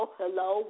hello